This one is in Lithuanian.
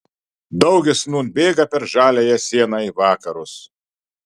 daugis nūn bėga per žaliąją sieną į vakarus